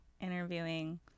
interviewing